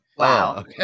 Wow